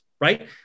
right